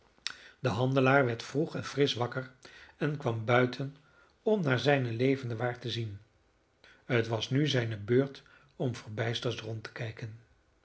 de handelaar werd vroeg en frisch wakker en kwam buiten om naar zijne levende waar te zien het was nu zijne beurt om verbijsterd rond te kijken